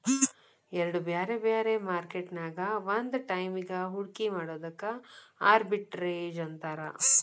ಎರಡ್ ಬ್ಯಾರೆ ಬ್ಯಾರೆ ಮಾರ್ಕೆಟ್ ನ್ಯಾಗ್ ಒಂದ ಟೈಮಿಗ್ ಹೂಡ್ಕಿ ಮಾಡೊದಕ್ಕ ಆರ್ಬಿಟ್ರೇಜ್ ಅಂತಾರ